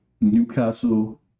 Newcastle